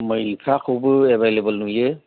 मैफोरखौबो available नुयो